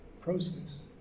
process